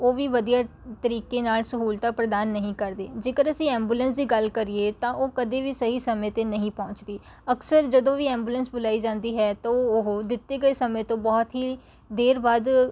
ਉਹ ਵੀ ਵਧੀਆ ਤਰੀਕੇ ਨਾਲ ਸਹੂਲਤਾਂ ਪ੍ਰਦਾਨ ਨਹੀਂ ਕਰਦੀ ਜੇਕਰ ਅਸੀਂ ਐਂਬੂਲੈਂਸ ਦੀ ਗੱਲ ਕਰੀਏ ਤਾਂ ਉਹ ਕਦੇ ਵੀ ਸਹੀ ਸਮੇਂ 'ਤੇ ਨਹੀਂ ਪਹੁੰਚਦੀ ਅਕਸਰ ਜਦੋਂ ਵੀ ਐਂਬੂਲੈਂਸ ਬੁਲਾਈ ਜਾਂਦੀ ਹੈ ਤਾਂ ਉਹ ਦਿੱਤੇ ਗਏ ਸਮੇਂ ਤੋਂ ਬਹੁਤ ਹੀ ਦੇਰ ਬਾਅਦ